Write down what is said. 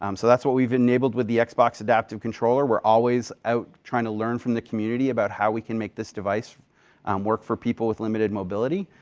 um so that's what we have enabled with the xbox adaptive controller. we are always out trying to learn from the community about how we can make this device um work for people with limited mobility.